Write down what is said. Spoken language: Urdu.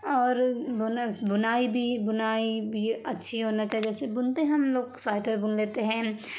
اور بنائی بھی بنائی بھی اچھی ہونا چاہیے جیسے بنتے ہیں ہم لوگ سوئیٹر بن لیتے ہیں